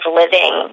living